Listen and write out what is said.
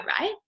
right